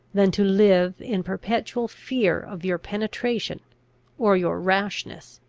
than to live in perpetual fear of your penetration or your rashness.